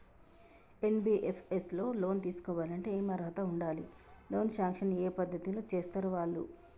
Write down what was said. NBFS లో loan తీస్కోవాలంటే ఏం అర్హత ఉండాలి? లోన్ సాంక్షన్ ఏ పద్ధతి లో చేస్తరు వాళ్లు?